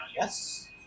yes